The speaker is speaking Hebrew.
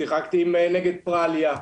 שיחקתי נגד פראליה,